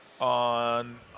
on